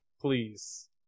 Please